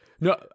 no